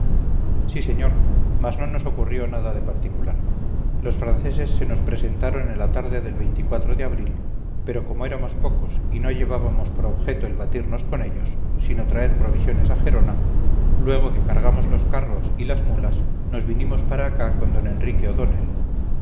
sí señor mas no nos ocurrió nada de particular los franceses se nos presentaron en la tarde del de abril pero como éramos pocos y no llevábamos por objeto el batirnos con ellos sino traer provisiones a gerona luego que cargamos los carros y las mulas nos vinimos para acá con d enrique o'donnell